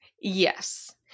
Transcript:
yes